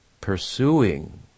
pursuing